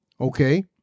Okay